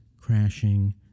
Crashing